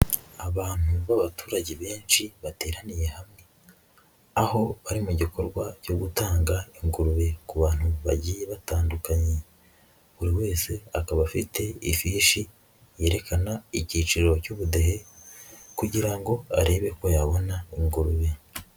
Abantu b'abaturage benshi bateraniye hamwe, aho bari mu gikorwa cyo gutanga ingurube ku bantu bagiye batandukanye, buri wese akaba afite ifishi yerekana icyiciro cy'ubudehe kugira ngo arebe ko yabonaingurube.